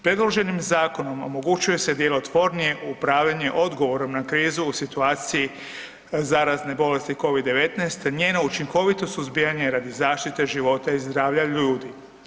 Predloženim zakonom omogućuje se djelotvornije upravljanje odgovorom na krizu u situaciji zarazne bolesti Covid-19, njeno učinkovito suzbijanje radi zaštite života i zdravlja ljudi.